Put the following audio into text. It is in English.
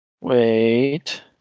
Wait